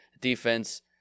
Defense